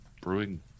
brewing